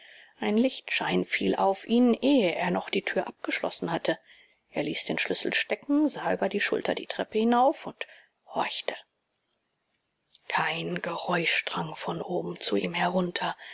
ein lichtschein fiel auf ihn ehe er noch die tür abgeschlossen hatte er ließ den schlüssel stecken sah über die schulter die treppe hinauf und horchte kein geräusch drang von oben zu ihm herunter